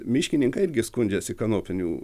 miškininkai irgi skundžiasi kanopinių